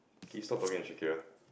Can you stop talking to Shakira